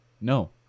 no